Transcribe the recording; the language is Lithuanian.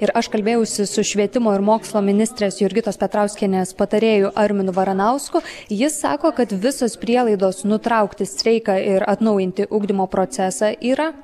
ir aš kalbėjausi su švietimo ir mokslo ministrės jurgitos petrauskienės patarėju arminu varanausku jis sako kad visos prielaidos nutraukti streiką ir atnaujinti ugdymo procesą yra